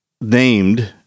named